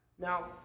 Now